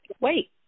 Wait